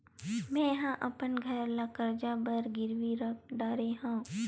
मेहा अपन घर ला कर्जा बर गिरवी रख डरे हव